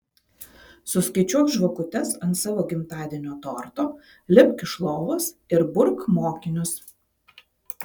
suskaičiuok žvakutes ant savo gimtadienio torto lipk iš lovos ir burk mokinius